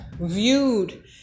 viewed